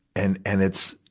and, and it's,